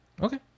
Okay